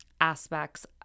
aspects